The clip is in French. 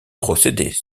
procédés